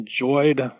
enjoyed